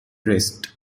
rest